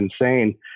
insane